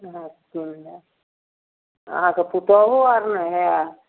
हँ कीनि लेब अहाँके पुतौहु आओर ने हइ